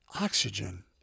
oxygen